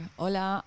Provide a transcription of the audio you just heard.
hola